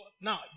Now